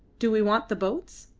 do we want the boats?